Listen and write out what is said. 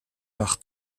par